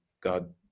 God